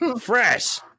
Fresh